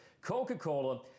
Coca-Cola